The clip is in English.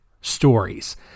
stories